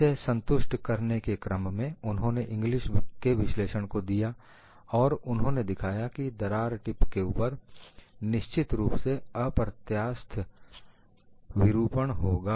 इसे संतुष्ट करने के क्रम में उन्होंने इंग्लिस के विश्लेषण को दिया और उन्होंने दिखाया कि दरार टिप के ऊपर निश्चित रूप से अप्रत्यास्थ विरूपण होगा